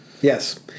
Yes